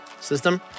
system